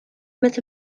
met